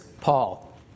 Paul